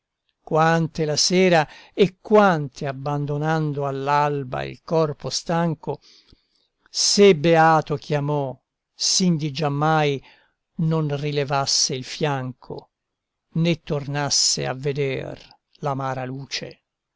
quante la sera e quante abbandonando all'alba il corpo stanco sé beato chiamò s'indi giammai non rilevasse il fianco né tornasse a veder l'amara luce